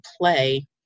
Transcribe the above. play